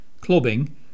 clubbing